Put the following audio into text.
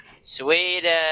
Sweden